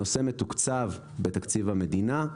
הנושא מתוקצב בתקציב המדינה.